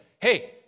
Hey